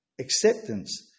acceptance